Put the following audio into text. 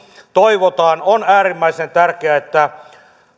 toivotaan on äärimmäisen tärkeää että